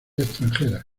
extranjeras